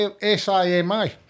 S-I-M-I